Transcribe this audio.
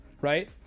right